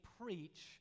preach